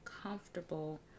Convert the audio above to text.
comfortable